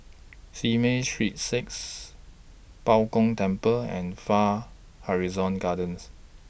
Simei Street six Bao Gong Temple and Far Horizon Gardens